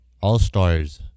All-stars